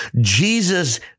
Jesus